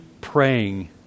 praying